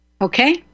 Okay